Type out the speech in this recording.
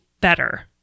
better